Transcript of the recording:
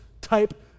type